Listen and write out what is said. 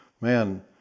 Man